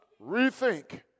Rethink